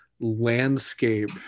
landscape